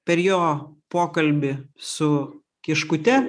per jo pokalbį su kiškute